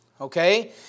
Okay